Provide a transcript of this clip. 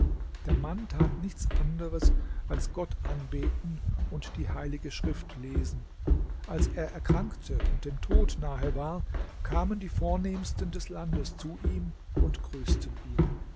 der mann tat nichts anderes als gott anbeten und die heilige schrift lesen als er erkrankte und dem tod nahe war kamen die vornehmsten des landes zu ihm und grüßten ihn